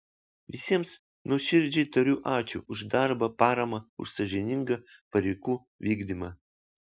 visiems nuoširdžiai tariu ačiū už darbą paramą už sąžiningą pareigų vykdymą